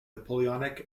napoleonic